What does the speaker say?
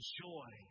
joy